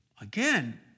again